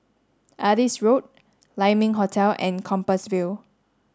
Adis Road Lai Ming Hotel and Compassvale